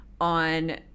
on